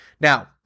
Now